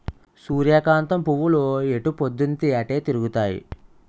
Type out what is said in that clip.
సూర్యకాంతం పువ్వులు ఎటుపోద్దున్తీ అటే తిరుగుతాయి